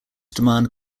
demand